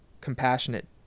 compassionate